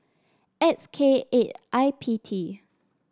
X K eight I P T